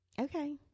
Okay